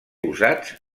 usats